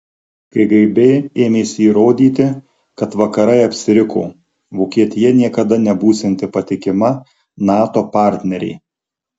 kgb ėmėsi įrodyti kad vakarai apsiriko vokietija niekada nebūsianti patikima nato partnerė